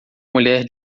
mulher